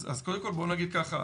אז קודם כל בוא נגיד ככה.